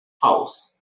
house